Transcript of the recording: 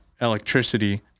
electricity